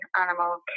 Animal